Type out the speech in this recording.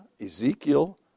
Ezekiel